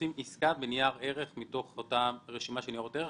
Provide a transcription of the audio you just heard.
כשעושים עסקה בנייר ערך מתוך אותה רשימה של ניירות ערך